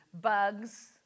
Bugs